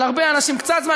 על הרבה אנשים קצת זמן,